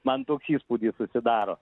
man toks įspūdis susidaro